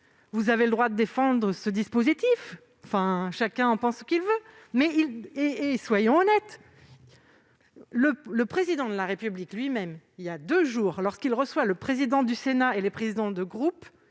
Vous avez le droit de défendre le SNU, chacun en pense ce qu'il veut, mais soyons honnêtes : le Président de la République lui-même, il y a deux jours, lorsqu'il a reçu le président du Sénat et les présidents de groupe,